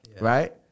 right